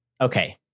okay